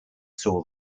saw